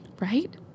right